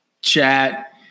chat